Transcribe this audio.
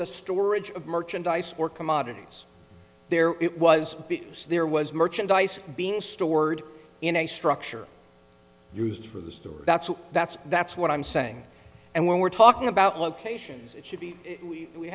the storage of merchandise for commodities there it was there was merchandise being stored in structure used for the store that's that's that's what i'm saying and when we're talking about locations it should be we